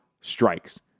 strikes